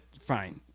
Fine